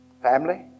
Family